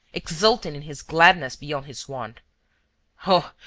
exulting in his gladness beyond his wont oh,